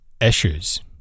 issues